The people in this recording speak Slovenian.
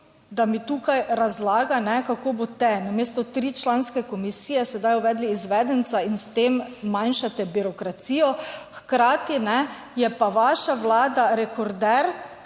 (nadaljevanje) razlaga, kako boste namesto tričlanske komisije sedaj uvedli izvedenca in s tem manjšate birokracijo, hkrati, ne, je pa vaša Vlada rekorder